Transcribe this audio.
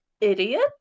idiot